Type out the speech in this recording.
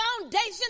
foundation